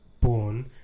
Born